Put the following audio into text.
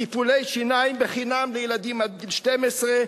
טיפולי שיניים חינם לילדים עד גיל 12,